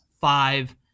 five